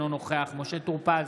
אינו נוכח משה טור פז,